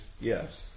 Yes